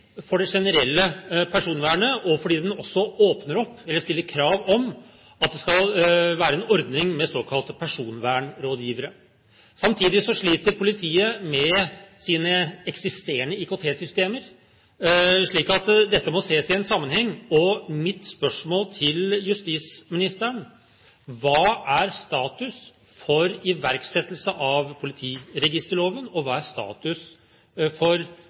for det generelle personvernet, og også fordi den åpner opp for eller stiller krav om at det skal være en ordning med såkalte personvernrådgivere. Samtidig sliter politiet med sine eksisterende IKT-systemer, så dette må ses i en sammenheng. Mitt spørsmål til justisministeren er: Hva er status for iverksettelse av politiregisterloven, og hva er status for